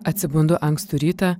atsibundu ankstų rytą